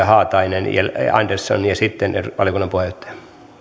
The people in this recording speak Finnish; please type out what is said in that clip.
haatainen ja andersson ja sitten valiokunnan puheenjohtaja